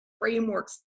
frameworks